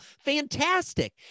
fantastic